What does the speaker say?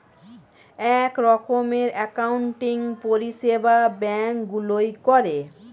এক রকমের অ্যাকাউন্টিং পরিষেবা ব্যাঙ্ক গুলোয় করে